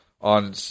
on